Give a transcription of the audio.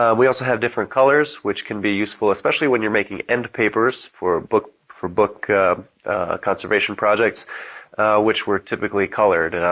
ah we also have different colors which can be useful especially when you are making endpapers for book for book conservation projects which were typically colored.